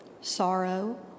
sorrow